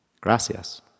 Gracias